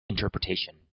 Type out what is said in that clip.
interpretation